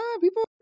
people